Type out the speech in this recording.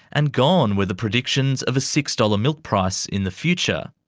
and gone were the predictions of a six dollars milk price in the future.